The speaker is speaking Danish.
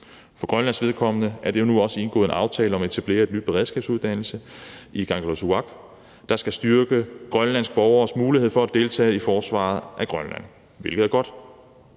For Grønlands vedkommende er der nu også indgået en aftale om at etablere en ny beredskabsuddannelse i Kangerlussuaq, der skal styrke Grønlands borgeres mulighed for at deltage i forsvaret af Grønland, hvilket er godt.